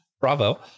Bravo